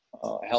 help